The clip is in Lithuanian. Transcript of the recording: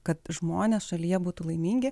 kad žmonės šalyje būtų laimingi